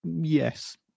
yes